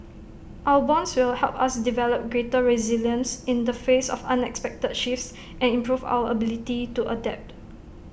our bonds will help us develop greater resilience in the face of unexpected shifts and improve our ability to adapt